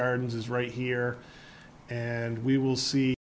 gardens is right here and we will see